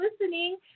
listening